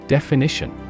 Definition